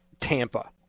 Tampa